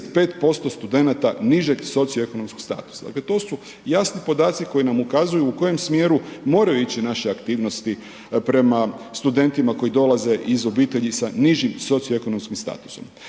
35% studenata nižeg socioekonomskog statusa, dakle to su jasni podaci koji nam ukazuju u kojem smjeru moraju ići naše aktivnosti prema studentima koji dolaze iz obitelji sa nižim socioekonomskim statusom.